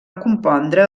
compondre